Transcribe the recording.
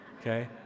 okay